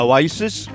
Oasis